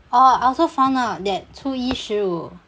oh I also found out that 初一十五